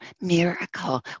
miracle